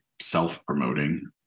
self-promoting